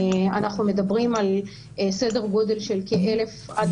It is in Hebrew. אנחנו מדברים על סדר גודל של 1,000 עד